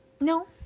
No